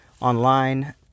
online